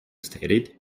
stated